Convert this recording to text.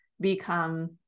become